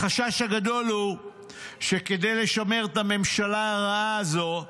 החשש הגדול הוא שכדי לשמר את הממשלה הרעה הזאת,